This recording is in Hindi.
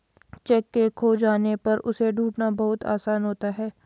चैक के खो जाने पर उसे ढूंढ़ना बहुत आसान होता है